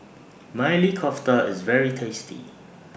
Maili Kofta IS very tasty